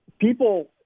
people